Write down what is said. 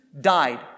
died